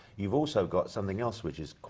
you've also got something else which is,